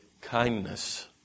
kindness